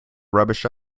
rubbish